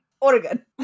Oregon